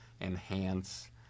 enhance